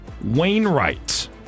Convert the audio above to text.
Wainwright